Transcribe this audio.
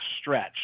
stretch